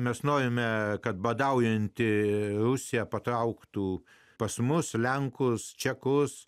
mes norime kad badaujanti rusiją patrauktų pas mus lenkus čekus